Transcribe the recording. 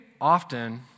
often